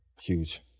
huge